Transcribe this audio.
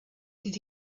did